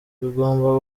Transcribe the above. bigomba